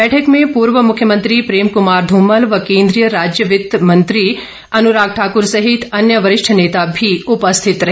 बैठक में पूर्वे मुख्यमंत्री प्रेम कुमार धूमल केन्द्रीय राज्य वित्त मंत्री अनुराग ठाकुर सहित अन्य वरिष्ठ नेता भी उपस्थित रहे